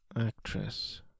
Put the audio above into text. Actress